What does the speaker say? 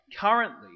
currently